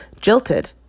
Jilted